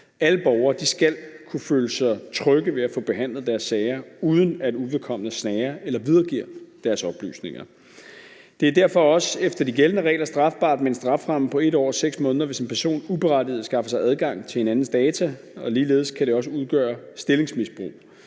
Alle borgere skal kunne føle sig trygge ved at få behandlet deres sager, uden at uvedkommende snager eller videregiver deres oplysninger. Det er derfor også efter de gældende regler strafbart med en strafferamme på 1 år og 6 måneder, hvis en person uberettiget skaffer sig adgang til en andens data, og ligeledes kan det også udgøre stillingsmisbrug.